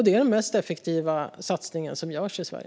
Det är den mest effektiva satsning som görs i Sverige.